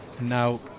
Now